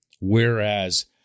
Whereas